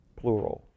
plural